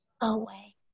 away